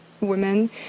women